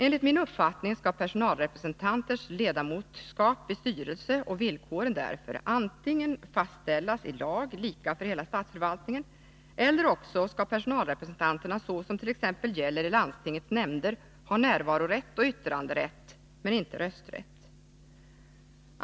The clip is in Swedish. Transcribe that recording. Enligt min uppfattning skall personalrepresentanters ledamotskap i styrelse och villkoren därför antingen fastställas i lag — lika för hela statsförvaltningen-— eller också skall personalrepresentanterna, så som gäller i landstingets nämnder, ha närvarorätt och yttranderätt men inte rösträtt.